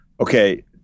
Okay